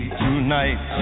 tonight